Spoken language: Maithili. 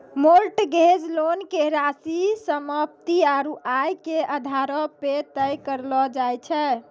मोर्टगेज लोन के राशि सम्पत्ति आरू आय के आधारो पे तय करलो जाय छै